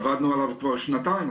עבדנו עליו כבר שנתיים,